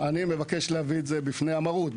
אני מבקש להביא את זה בפני המרות,